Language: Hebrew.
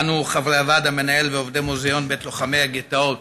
אנו חברי הוועד המנהל ועובדי מוזיאון בית לוחמי הגטאות